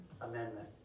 Amendment